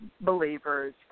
believers